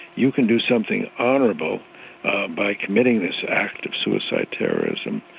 you can do something honourable by committing this act of suicide terrorism,